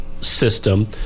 system